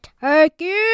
turkey